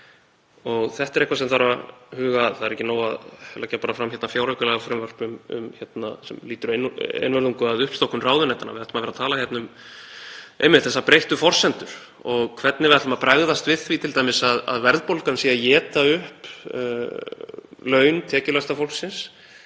og það er eitthvað sem þarf að huga að. Það er ekki nóg að leggja bara fram fjáraukalagafrumvarp sem lýtur einvörðungu að uppstokkun ráðuneytanna. Við ættum að vera að tala hérna um þessar breyttu forsendur og hvernig við ætlum að bregðast við því t.d. að verðbólgan sé að éta upp laun tekjulægsta fólksins,